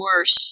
worse